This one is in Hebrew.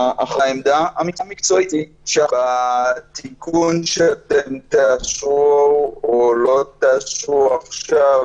אך העמדה המקצועית היא שאת התיקון שתאשרו או לא תאשרו עכשיו